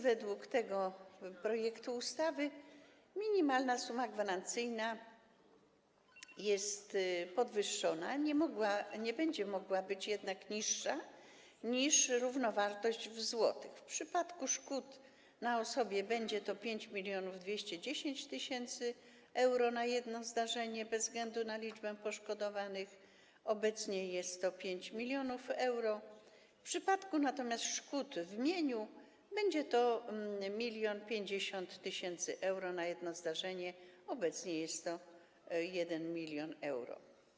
Według tego projektu ustawy minimalna suma gwarancyjna jest podwyższona i nie będzie mogła być niższa niż równowartość w złotych: w wypadku szkód na osobie 5210 tys. euro na jedno zdarzenie bez względu na liczbę poszkodowanych, obecnie jest to 5 mln euro, w wypadku natomiast szkód w mieniu - 1050 tys. euro na jedno zdarzenie, obecnie jest to 1 mln euro.